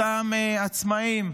אותם עצמאים,